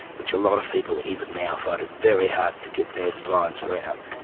which a lot of people even now find it very hard to get their minds around.